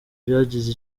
byagize